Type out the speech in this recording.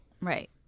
Right